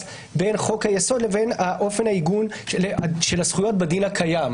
בין חוק היסוד לאופן העיגון של הזכויות בדין הקיים.